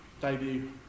debut